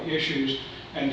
issues and